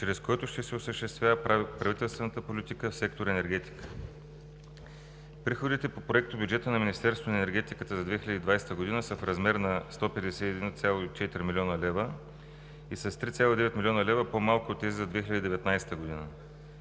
чрез който ще се осъществява правителствената политика в сектор „Енергетика“. Приходите по проектобюджета на Министерството на енергетиката за 2020 г. са в размер на 151,4 млн. лв. и са с 3,9 млн. лв. по-малко от тези за 2019 г.